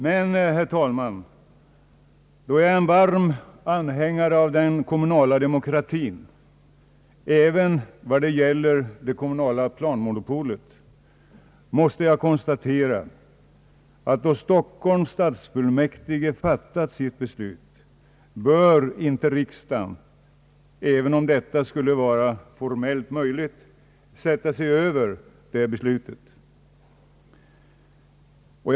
Men, herr talman, då jag är en varm anhängare av den kommunala demokratin även vad gäller det kommunala planmonopolet, måste jag konstatera, att när Stockholms stadsfullmäktige har fattat sitt beslut bör inte riksdagen sätta sig över fullmäktiges beslut, även om detta skulle vara formellt möjligt.